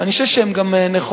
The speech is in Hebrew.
ואני חושב שהן גם נכונות,